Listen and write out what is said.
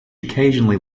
occasionally